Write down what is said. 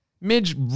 Midge